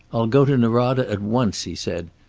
i'll go to norada at once, he said.